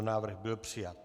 Návrh byl přijat.